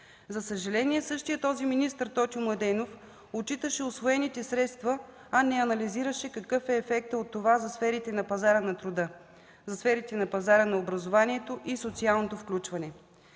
За съжаление, същият този министър Тотю Младенов отчиташе усвоените средства, а не анализираше какъв е ефектът от това за сферите на пазара на труда, за сферите на пазара на образованието и социалното включване.